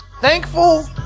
Thankful